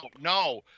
no